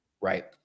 right